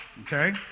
Okay